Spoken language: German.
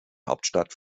hauptstadt